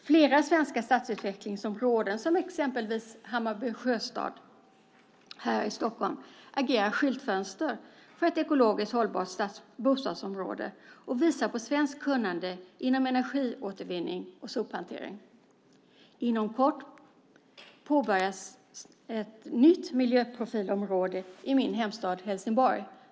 Flera svenska stadsutvecklingsområden, exempelvis Hammarby Sjöstad här i Stockholm, agerar skyltfönster för ett ekologiskt hållbart bostadsområde och visar på svenskt kunnande inom energiåtervinning och sophantering. Inom kort påbörjas ett nytt miljöprofilområde i min hemstad Helsingborg.